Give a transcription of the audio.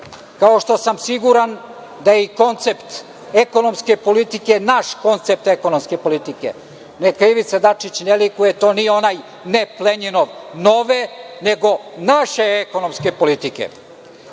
kao što sam siguran da je i koncept ekonomske politike naš koncept ekonomske politike. Neka Ivica Dačić ne likuje, to nije onaj NEP Lenjinov nove, nego naše ekonomske politike. Zato